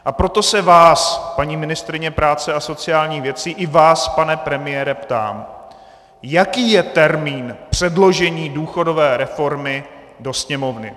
A proto se vás, paní ministryně práce a sociálních věcí, i vás, pane premiére, ptám: Jaký je termín předložení důchodové reformy do Sněmovny?